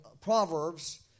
Proverbs